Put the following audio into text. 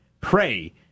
pray